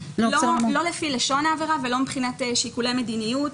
לא לפי לשון העבירה ולא מבחינת שיקולי מדיניות.